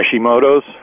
Hashimoto's